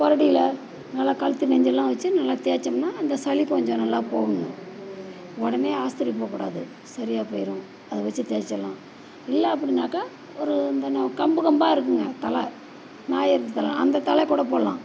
புரடில நல்லா கழுத்து நெஞ்செல்லாம் வச்சு நல்லா தேய்ச்சோம்னா அந்த சளி கொஞ்சம் நல்லா போகும்ங்க உடனே ஆஸ்பத்திரி போகக்கூடாது சரியாக போயிடும் அதை வச்சு தேய்ச்சிர்லாம் இல்லை அப்படின்னாக்கா ஒரு இந்த ந கம்பு கம்பாக இருக்குங்க தழை நாயுருவி தழை அந்த தழை கூட போடலாம்